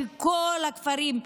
שכל הכפרים,